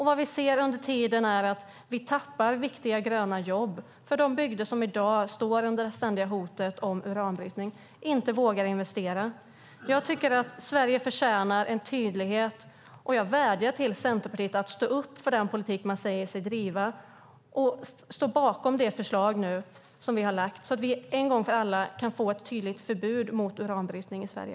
Vad vi ser under tiden är att vi tappar viktiga gröna jobb för de bygder som i dag står under det ständiga hotet om uranbrytning och inte vågar investera. Sverige förtjänar en tydlighet. Jag vädjar till Centerpartiet att stå upp för den politik som man säger sig driva och stå bakom det förslag som vi nu har lagt fram så att vi en gång för alla kan få ett tydligt förbud mot uranbrytning i Sverige.